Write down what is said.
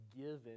given